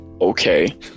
okay